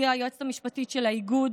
שהיא היועצת המשפטית של האיגוד.